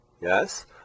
yes